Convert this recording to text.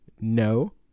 No